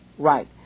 right